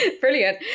Brilliant